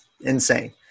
insane